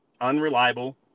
unreliable